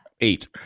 eight